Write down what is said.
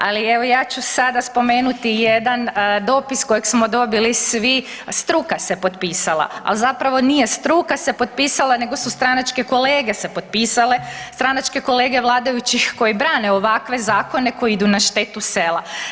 Ali evo ja ću sada spomenuti jedan dopis kojeg smo dobili svi, struka se potpisala, ali zapravo nije struka se potpisala nego su stranačke kolege se potpisale, stranačke kolege vladajućih koje brane ovakve zakone koje idu na štetu sela.